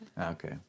Okay